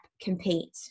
compete